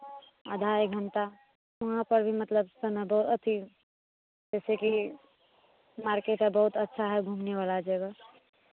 आधा एक घंटा वहाँ पर भी मतलब समय बहुत अथी जैसेकि मार्केट अर बहुत अच्छा है घूमने वाला जगह